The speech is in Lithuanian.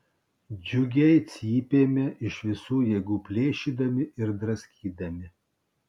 džiugiai cypėme iš visų jėgų plėšydami ir draskydami